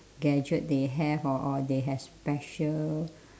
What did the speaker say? gadget they have or or they have special